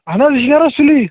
اَہَن حظ یہِ چھُ نیران سُلی